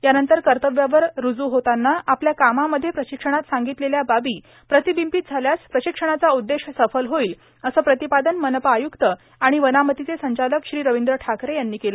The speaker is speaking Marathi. यानंतर कतव्यावर रूजू होताना आपल्या कामामध्ये प्राशक्षणात सांगतलेल्या बाबी प्रार्ताबंबत झाल्यास प्राशक्षणाचा उद्देश सफल होईल असं प्रातपादन मनपा आयुक्त आर्गाण वनामतीचे संचालक श्री रवींद्र ठाकरे यांनी केलं